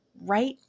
right